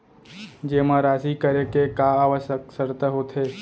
जेमा राशि करे के का आवश्यक शर्त होथे?